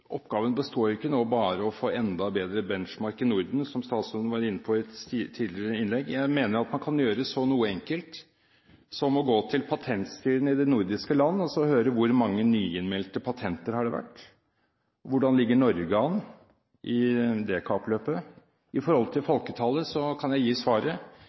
oppgaven nå ikke bare består i å få enda bedre benchmark i Norden, som statsråden var inne på i et tidligere innlegg. Jeg mener at man kan gjøre noe så enkelt som å gå til patentstyrene i de nordiske land og høre hvor mange nyinnmeldte patenter det har vært, og hvordan Norge ligger an i det kappløpet. I forhold til folketallet kan jeg gi svaret: